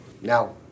now